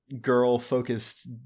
girl-focused